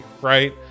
right